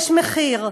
יש מחיר.